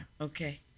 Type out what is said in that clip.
Okay